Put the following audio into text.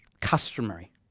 customary